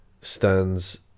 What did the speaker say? stands